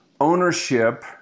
ownership